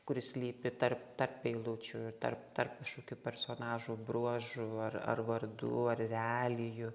kuris slypi tarp tarp eilučių ir tarp tarp kažkokių personažų bruožų ar ar vardų ar realijų